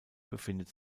befindet